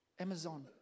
Amazon